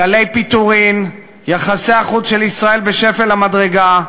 גלי פיטורין, יחסי החוץ של ישראל בשפל המדרגה,